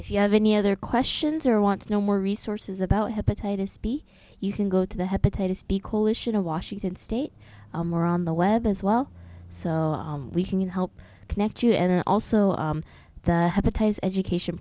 if you have any other questions or want to know more resources about hepatitis b you can go to the hepatitis b coalition in washington state more on the web as well so we can help connect you and also the education